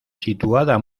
situada